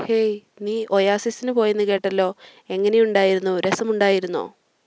ഹെയ് നീ ഒയാസിസിന് പോയെന്ന് കേട്ടല്ലോ എങ്ങനെയുണ്ടായിരുന്നു രസമുണ്ടായിരുന്നോ